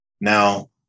now